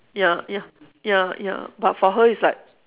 ya ya ya ya but for her is like